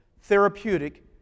therapeutic